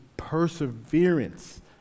perseverance